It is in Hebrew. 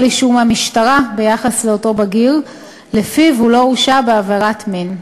אישור מהמשטרה ביחס לאותו בגיר שלפיו הוא לא הורשע בעבירת מין.